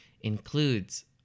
includes